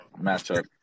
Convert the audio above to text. matchup